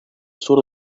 sur